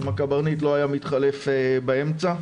אם הקברניט לא היה מתחלף באמצע,